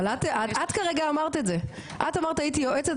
אבל את כרגע אמרת את זה, את אמרת הייתי יועצת